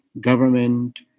government